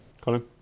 Colin